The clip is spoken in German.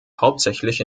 hauptsächlich